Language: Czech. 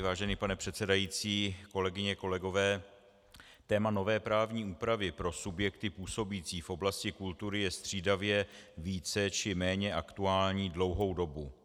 Vážený pane předsedající, kolegyně, kolegové, téma nové právní úpravy pro subjekty působící v oblasti kultury je střídavě více či méně aktuální dlouhou dobu.